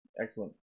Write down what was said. Excellent